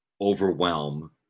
overwhelm